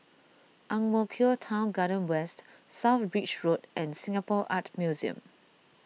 Ang Mo Kio Town Garden West South Bridge Road and Singapore Art Museum